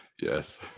Yes